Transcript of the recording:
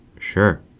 Sure